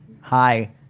Hi